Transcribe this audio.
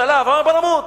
שעליו, בוא נמות,